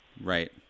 Right